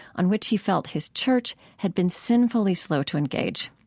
on which he felt his church had been sinfully slow to engage.